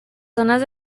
zonas